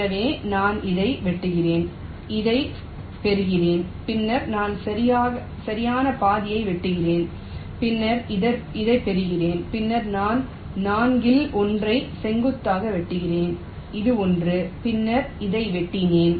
எனவே நான் இதை வெட்டுகிறேன் இதைப் பெறுகிறேன் பின்னர் நான் சரியான பாதியை வெட்டுகிறேன் பின்னர் இதைப் பெறுகிறேன் பின்னர் நான் 4 இல் ஒன்றை செங்குத்தாக வெட்டுகிறேன் இது ஒன்று பின்னர் இதை வெட்டினேன்